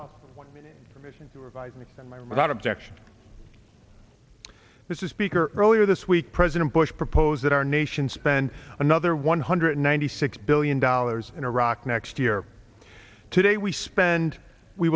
one without objection this is speaker earlier this week president bush proposed that our nation spend another one hundred ninety six billion dollars in iraq next year today we spend we